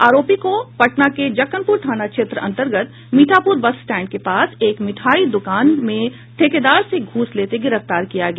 आरोपी को पटना के जक्कनपुर थाना क्षेत्र अंतर्गत मीठापुर बस स्टैंड के पास एक मिठाई द्रकान में ठेकेदार से घूस लेते गिरफ्तार किया गया